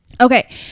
Okay